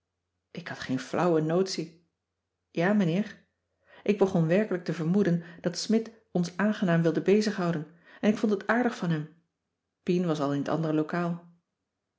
ik had geen flauwe notie ja meneer ik begon werkelijk te vermoeden dat smidt ons aangenaam wilde bezighouden en ik vond het aardig van hem pien was al in het andere lokaal